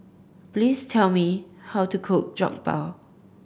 please tell me how to cook Jokbal